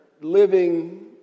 living